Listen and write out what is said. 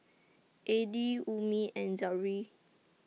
Adi Ummi and Zikri